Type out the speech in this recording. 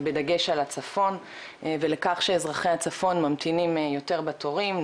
בדגש על הצפון ולכך שאזרחי הצפון ממתינים יותר בתורים,